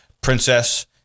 princess